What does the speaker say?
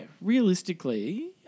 realistically